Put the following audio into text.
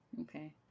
Okay